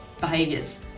behaviors